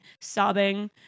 sobbing